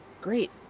great